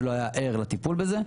שלא היה ער לטיפול בזה,